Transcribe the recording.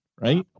right